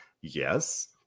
Yes